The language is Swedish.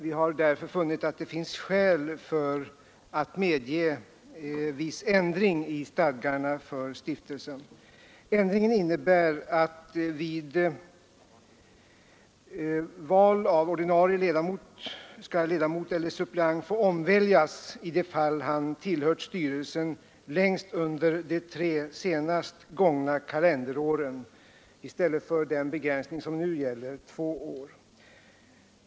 Vi har därför funnit skäl till att tillstyrka viss ändring i stadgarna för stiftelsen. Ändringen innebär att vid val av ordinarie ledamot skall ledamot eller suppleant få omväljas ifall han tillhört styrelsen längst under de tre senaste kalenderåren. För närvarande gäller en begränsning på två år.